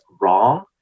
wrong